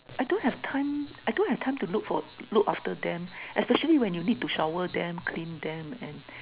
I don't have time I don't have time to look for look after them especially when you need to shower them clean them and